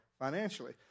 financially